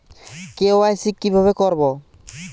KYC কিভাবে করব?